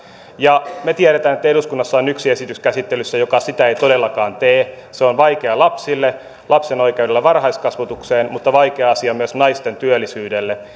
me tiedämme että eduskunnassa on yksi esitys käsittelyssä joka sitä ei todellakaan tee se on vaikea lapsille lapsen oikeudelle varhaiskasvatukseen mutta vaikea asia myös naisten työllisyydelle